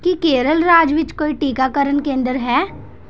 ਕੀ ਕੇਰਲ ਰਾਜ ਵਿੱਚ ਕੋਈ ਟੀਕਾਕਰਨ ਕੇਂਦਰ ਹੈ